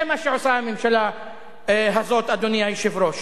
זה מה שעושה הממשלה הזאת, אדוני היושב-ראש.